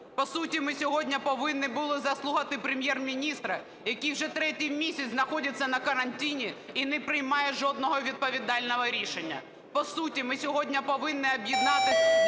По суті, ми сьогодні повинні були заслухати Прем'єр-міністра, який уже третій місяць знаходиться на карантині і не приймає жодного відповідального рішення. По суті, ми сьогодні повинні об'єднатися